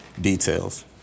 details